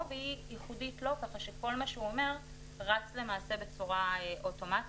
והיא ייחודית לו כך שכל מה שהוא אומר רץ למעשה בצורה אוטומטית.